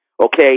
Okay